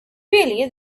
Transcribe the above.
really